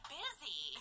busy